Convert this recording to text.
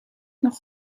nog